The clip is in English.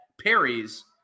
Perry's